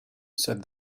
said